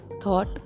thought